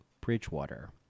Bridgewater